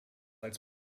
als